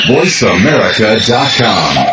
VoiceAmerica.com